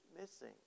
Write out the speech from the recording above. missing